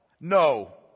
No